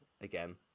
again